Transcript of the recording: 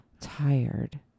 Tired